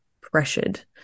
pressured